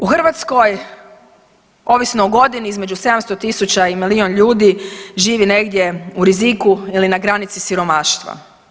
U Hrvatskoj ovisno o godini između 700 tisuća i milijun ljudi živi negdje u riziku ili na granici siromaštva.